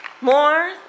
More